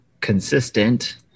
consistent